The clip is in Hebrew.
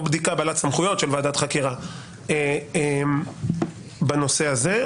או בדיקה בעלת סמכויות של ועדת חקירה בנושא הזה.